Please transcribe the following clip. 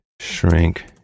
shrink